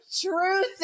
truth